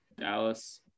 Dallas